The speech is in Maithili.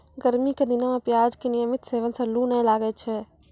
गर्मी के दिनों मॅ प्याज के नियमित सेवन सॅ लू नाय लागै छै